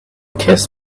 kiss